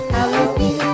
Halloween